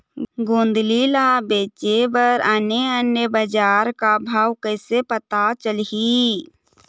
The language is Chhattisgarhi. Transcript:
गोंदली ला बेचे बर आने आने बजार का भाव कइसे पता चलही?